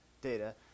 data